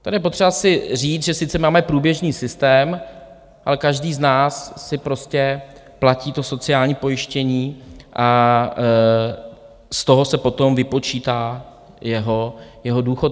Tady je potřeba si říct, že sice máme průběžný systém, ale každý z nás si prostě platí sociální pojištění a z toho se potom vypočítá jeho důchod.